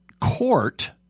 court